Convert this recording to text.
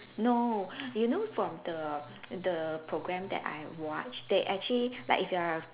no you know from the the program that I watch they actually like if you are